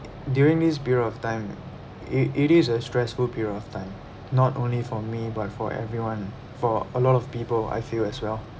during this period of time it it is a stressful period of time not only for me but for everyone for a lot of people I feel as well